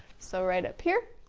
so right up here,